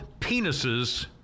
penises